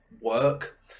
work